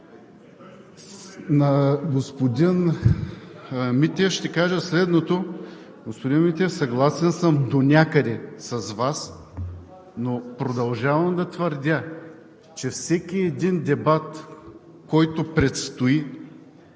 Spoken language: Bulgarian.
На господин Митев ще кажа следното. Господин Митев, съгласен съм донякъде с Вас, но продължавам да твърдя – всеки един дебат, който предстои,